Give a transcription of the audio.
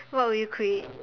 what would you create